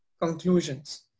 conclusions